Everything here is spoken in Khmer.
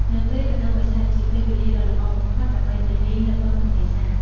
នៅពេលរដូវវស្សា ជាពេលវេលាដ៏ល្អបំផុតដើម្បីទៅលេងនៅបឹងទន្លេសាប។